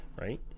right